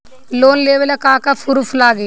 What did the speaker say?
Loan लेबे ला का का पुरुफ लागि?